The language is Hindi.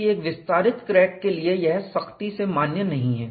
तो यह है कि एक विस्तारित क्रैक के लिए यह सख्ती से मान्य नहीं है